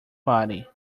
party